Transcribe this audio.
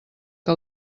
que